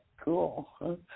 Cool